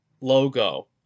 logo